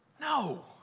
No